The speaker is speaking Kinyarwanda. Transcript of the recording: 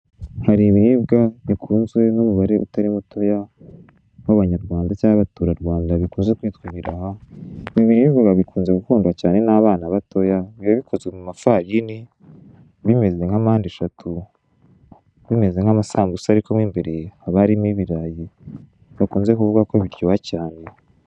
Hari ibiribwa bikunzwe n'umubare utari mutoya w'abanyarwanda cyangwa abaturarwanda bikunze kwitwa ibiraha. Ibi biribwa bikunze gukundwa cyane n'abana batoya, biba bikozwe mu mafarini, bimeze nka mpandeshatu, bimeze nk'amasambusa ariko mw' imbere haba harimo ibirayi bakunze kuvuga ko biryoha cyane!